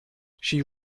she